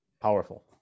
powerful